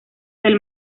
del